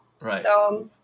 Right